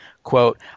Quote